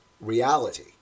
reality